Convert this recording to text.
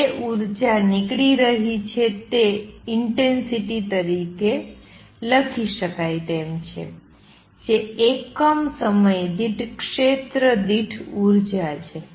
જે ઉર્જા નીકળી રહી છે તે ઇંટેંસિટી તરીકે લખી શકાય છે જે એકમ સમય દીઠ ક્ષેત્ર દીઠ ઉર્જા છે